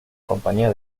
compañía